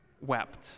wept